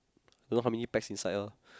you know how many packs inside ah